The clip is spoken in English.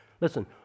Listen